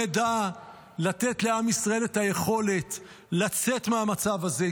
שנדע לתת לעם ישראל את היכולת לצאת מהמצב הזה,